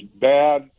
bad